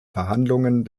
verhandlungen